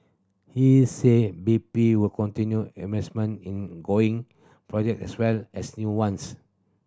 he said B P would continue investment in going projects as well as new ones